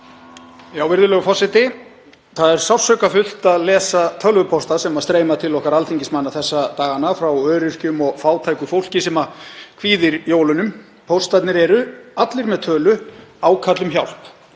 Virðulegur forseti. Það er sársaukafullt að lesa tölvupósta, sem streyma til okkar alþingismanna þessa dagana, frá öryrkjum og fátæku fólki sem kvíðir jólum. Póstarnir eru, allir með tölu, ákall um hjálp,